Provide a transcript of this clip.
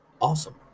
awesome